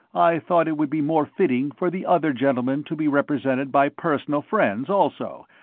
i thought it would be more fitting for the other gentleman to be represented by personal friends, also.